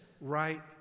right